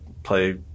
play